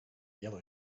yellow